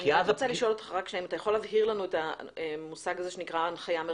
אתה יכול להבהיר לנו את המושג הנחיה מרחבית?